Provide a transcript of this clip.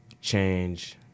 change